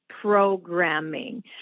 programming